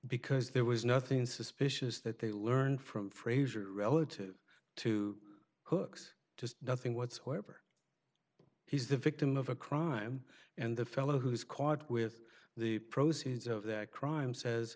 because there was nothing suspicious that they learned from frazier relative to cook's to nothing whatsoever he's the victim of a crime and the fellow who was caught with the proceeds of that crime says